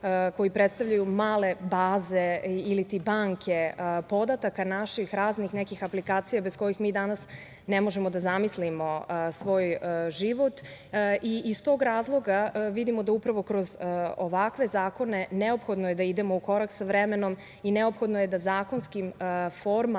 koji predstavljaju male baze ili ti banke podataka, naših raznih nekih aplikacija bez kojih mi danas ne možemo da zamislimo svoj život i iz tog razloga vidimo da upravo kroz ovakve zakone neophodno je da idemo u korak sa vremenom i neophodno je da zakonskim formama